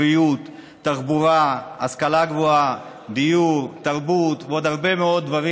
בריאות, תחבורה, השכלה גבוהה, דיור, תרבות,